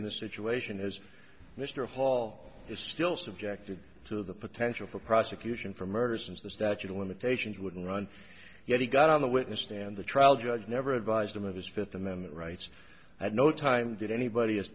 in the situation is mr hall is still subjected to the potential for prosecution for murder since the statute of limitations would run yet he got on the witness stand the trial judge never advised him of his fifth amendment rights at no time did anybody as